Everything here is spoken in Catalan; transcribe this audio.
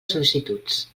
sol·licituds